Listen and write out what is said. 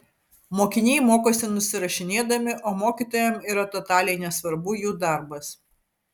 mokiniai mokosi nusirašinėdami o mokytojam yra totaliai nesvarbu jų darbas